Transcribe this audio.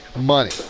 money